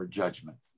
judgment